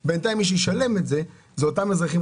ובינתיים אתם יודעים שמי שישלם את זה אלה אותם אזרחים,